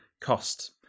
cost